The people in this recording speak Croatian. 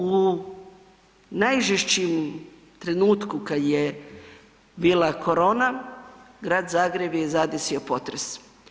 U najžešćem trenutku kada je bila korona Grad Zagreb je zadesio potres.